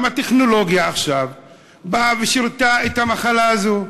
גם הטכנולוגיה עכשיו באה ושירתה את המחלה הזו.